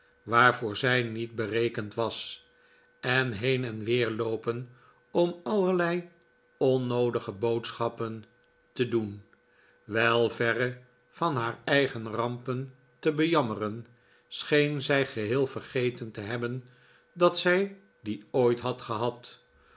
waarvoor zij niet berekend was en heen en weer loopen om allerlei onnoodige boodschappen te doen wei verre van haar eigen rampen te bejammeren scheen zij geheel vergeten te hebben dat zii die ooit had gehad